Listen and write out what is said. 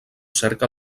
cerca